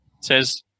says